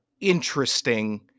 interesting